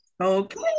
Okay